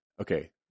Okay